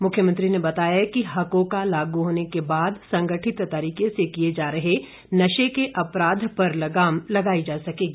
मुख्यमंत्री ने बताया कि हकोका लागू होने के बाद संगठित तरीके से किए जा रहे नशे के अपराध पर लगाम लगाई जा सकेगी